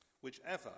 Whichever